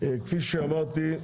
כפי שאמרתי,